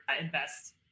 invest